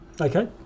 Okay